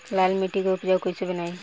लाल मिट्टी के उपजाऊ कैसे बनाई?